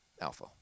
alpha